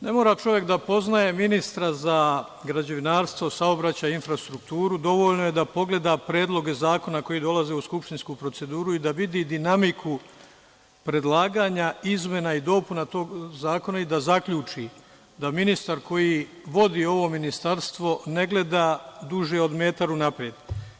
Ne mora čovek da poznaje ministra za građevinarstvo, saobraćaj, infrastrukturu, dovoljno je da pogleda predloge zakona koji dolaze u skupštinsku proceduru i da vidi dinamiku predlaganja izmena i dopuna tog zakona i da zaključi da ministar koji vodi ovo ministarstvo ne gleda duže od metar unapred.